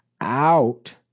out